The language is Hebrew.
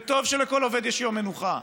וטוב שלכל עובד יש יום מנוחה,